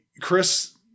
Chris